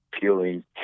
peeling